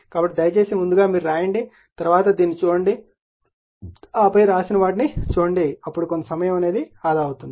కాబట్టి దయచేసి ముందుగా మీరు రాయండి తరువాత దీనిని చూడండి ఆపై వ్రాసిన వాటిని చూడండి అప్పుడు కొంత సమయం ఆదా అవుతుంది